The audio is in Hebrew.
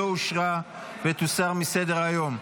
לא אושרה ותוסר מסדר-היום.